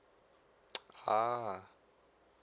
ha